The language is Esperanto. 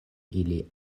ili